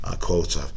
quotes